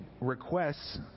requests